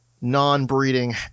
non-breeding